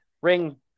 ring